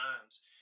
times